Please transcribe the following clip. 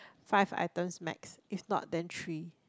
five items max if not then three